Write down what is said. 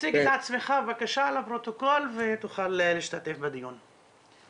תציג את עצמך בבקשה לפרוטוקול ותוכל להשתתף בדיון.